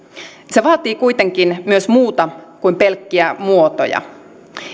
se vaatii kuitenkin myös muuta kuin pelkkiä muotoja